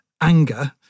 anger